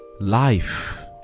Life